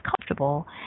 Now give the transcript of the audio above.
comfortable